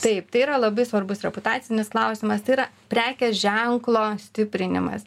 taip tai yra labai svarbus reputacinis klausimas yra prekės ženklo stiprinimas